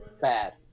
bad